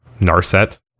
Narset